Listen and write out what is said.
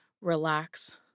relax